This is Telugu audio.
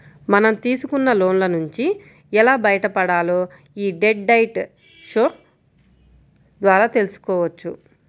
మనం తీసుకున్న లోన్ల నుంచి ఎలా బయటపడాలో యీ డెట్ డైట్ షో ద్వారా తెల్సుకోవచ్చు